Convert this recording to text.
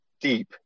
deep